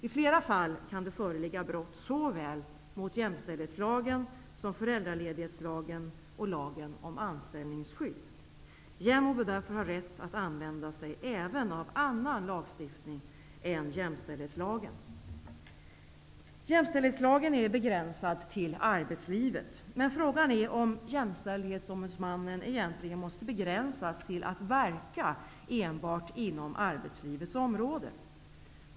I flera fall kan det föreligga brott såväl mot jämställdhetslagen som föräldraledighetslagen och lagen om anställningsskydd. JämO bör därför ha rätt att använda sig även av annan lagstiftning än jämställdhetslagen. Jämställdhetslagen är begränsad till arbetslivet. Men frågan är om jämställdhetsombudsmannen egentligen måste begränsas till att verka enbart inom arbetslivets område.